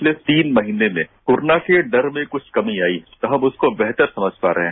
पिछले तीन महीने में कोरोना से डर में कुछ कमी आई और हम उसको कुछ वेहतर समझ पा रहे हैं